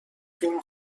فیلم